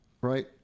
Right